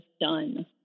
done